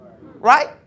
right